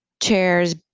chairs